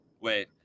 Wait